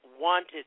wanted